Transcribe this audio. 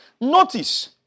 Notice